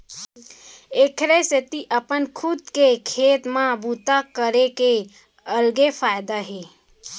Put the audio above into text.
एखरे सेती अपन खुद के खेत म बूता करे के अलगे फायदा हे